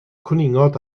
cwningod